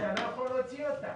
אתה לא יכול להוציא אותה.